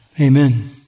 Amen